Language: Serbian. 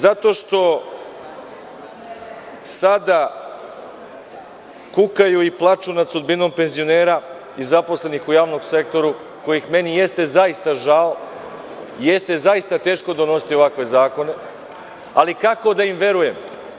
Zato što sada kukaju i plaču nad sudbinom penzionera i zaposlenih u javnom sektoru, kojih mi je zaista žao i jeste zaista teško donositi ovakve zakone, ali kako da im verujem?